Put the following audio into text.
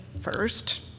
first